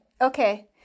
Okay